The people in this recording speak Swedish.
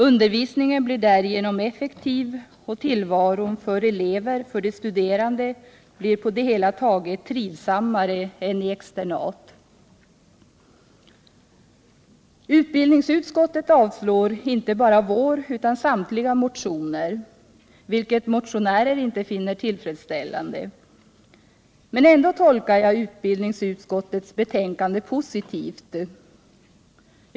Utbildningen blir därigenom effektiv, och 13 december 1977 tillvaron för de studerande blir på det hela taget trivsammare än i externat. Utbildningsutskottet har avstyrkt inte bara vår motion utan samtliga — Utbildning på motioner, vilket motionärerna inte finner tillfredsställande. Men jag tolmusikområdet kar i alla fall utskottsbetänkandet positivt.